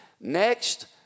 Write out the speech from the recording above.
Next